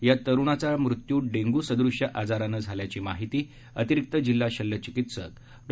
या तरुणाचा मृत्यू डेंग्यू सदृश्य आजारामुळे झाल्याची माहिती अतिरिक्त जिल्हा शल्यचिकित्सक डॉ